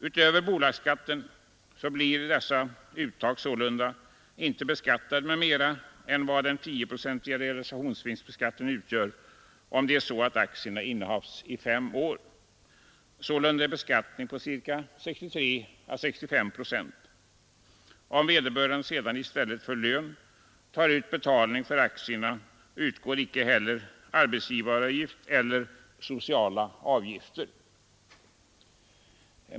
Utöver bolagsskatten blir dessa uttag sålunda inte beskattade med mera än vad den tioprocentiga realisationsvinstbeskattningen utgör om aktierna innehafts i fem år, sålunda en beskattning på ca 63—65 procent. Om vederbörande sedan i stället för lön tar ut betalning för aktierna, utgår icke heller arbetsgivaravgift eller sociala avgifter.